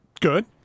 Good